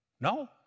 No